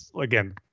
again